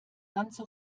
ganze